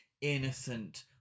innocent